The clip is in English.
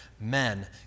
men